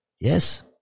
Yes